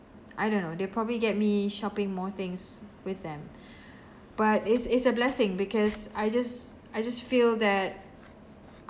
I don't know they'll probably get me shopping more things with them but it's it's a blessing because I just I just feel that